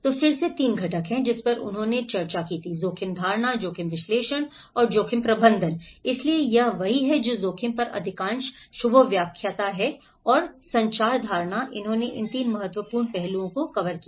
तो फिर से 3 घटक हैं जिस पर उन्होंने चर्चा की थी जोखिम धारणा जोखिम विश्लेषण और जोखिम प्रबंधन इसलिए यह वही है जो जोखिम पर अधिकांश शुभो व्याख्याता है और संचार धारणा उन्होंने इन 3 महत्वपूर्ण पहलुओं को कवर किया